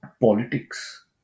politics